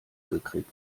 gekriegt